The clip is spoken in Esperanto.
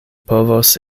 povos